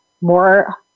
more